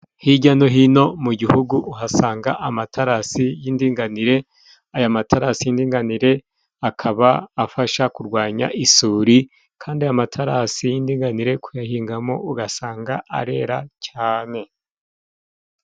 Hijya no hino mu gihugu uhasanga amatarasi y'indinganire, aya matarasi y'indinganire akaba afasha kurwanya isuri, kandi aya matarasi y'indinganire kuyahingamo ugasanga arera cyane.